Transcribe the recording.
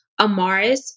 Amaris